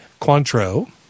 Cointreau